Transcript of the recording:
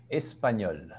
espagnol